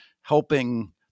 helping